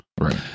Right